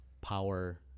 power